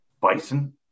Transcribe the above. bison